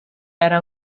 era